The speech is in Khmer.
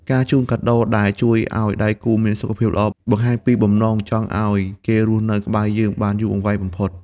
ការជូនកាដូដែលជួយឱ្យដៃគូមានសុខភាពល្អ បង្ហាញពីបំណងចង់ឱ្យគេរស់នៅក្បែរយើងបានយូរអង្វែងបំផុត។